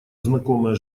знакомая